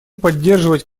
поддерживать